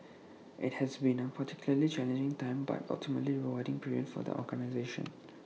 IT has been A particularly challenging time but ultimately rewarding period for the organisation